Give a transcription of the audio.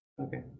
Okay